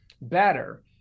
better